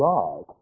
God